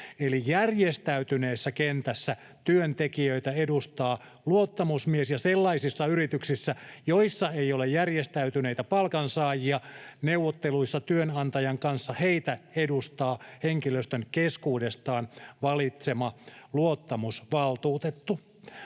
Eli järjestäytyneessä kentässä työntekijöitä edustaa luottamusmies, ja sellaisissa yrityksissä, joissa ei ole järjestäytyneitä palkansaajia, neuvotteluissa työnantajan kanssa heitä edustaa henkilöstön keskuudestaan valitsema luottamusvaltuutettu.